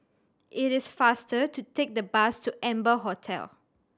it is faster to take the bus to Amber Hotel